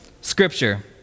Scripture